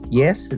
yes